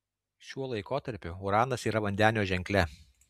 šiuo laikotarpiu uranas yra vandenio ženkle